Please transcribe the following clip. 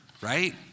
right